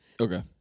Okay